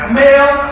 male